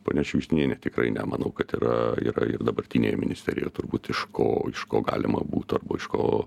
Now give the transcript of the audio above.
ponia šiugždinienė tikrai ne manau kad yra yra ir dabartinėje ministerijoje turbūt iš ko iš ko galima būtų arba iš ko